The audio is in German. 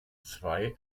zwei